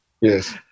yes